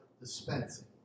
dispensing